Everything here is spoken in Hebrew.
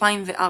2004